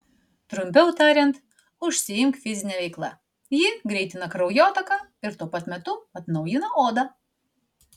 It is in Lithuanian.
trumpiau tariant užsiimk fizine veikla ji greitina kraujotaką ir tuo pat metu atnaujina odą